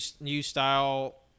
new-style